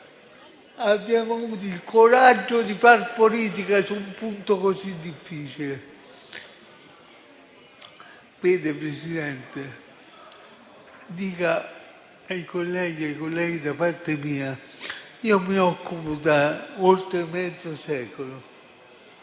Abbiamo avuto il coraggio di far politica su un punto così difficile. Signora Presidente, dica ai colleghi da parte mia che mi occupo da oltre mezzo secolo